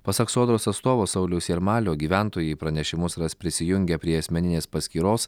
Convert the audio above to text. pasak sodros atstovo sauliaus jarmalio gyventojai pranešimus ras prisijungę prie asmeninės paskyros